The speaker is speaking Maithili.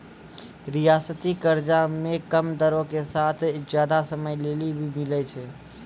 रियायती कर्जा मे कम दरो साथ जादा समय लेली भी मिलै छै